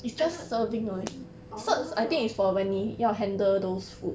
I thought need orh